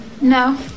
No